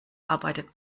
arbeitet